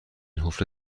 حفره